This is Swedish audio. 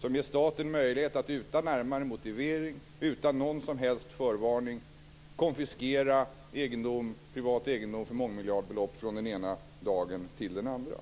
som ger staten möjlighet att utan närmare motivering och utan någon som helst förvarning konfiskera privat egendom för mångmiljardbelopp från den ena dagen till den andra.